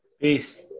Peace